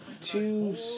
two